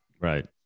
right